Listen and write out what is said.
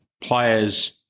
players –